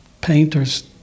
painters